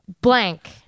Blank